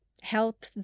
help